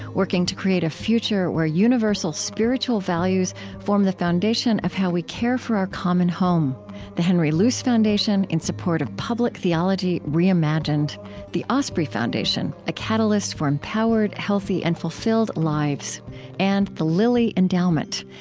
working to create a future where universal spiritual values form the foundation of how we care for our common home the henry luce foundation, in support of public theology reimagined the osprey foundation a catalyst for empowered, healthy, and fulfilled lives and the lilly endowment,